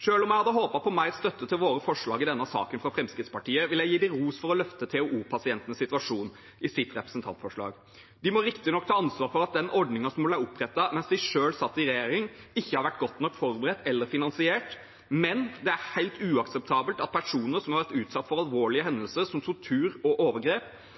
Selv om jeg hadde håpet på mer støtte til våre forslag i denne saken fra Fremskrittspartiet, vil jeg gi dem ros for å løfte til TOO-pasientenes situasjon i sitt representantforslag. De må riktignok ta ansvar for at den ordningen som ble opprettet mens de selv satt i regjering, ikke har vært godt nok forberedt eller finansiert, men det er helt uakseptabelt at personer som har vært utsatt for alvorlige hendelser, som tortur og overgrep,